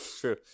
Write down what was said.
true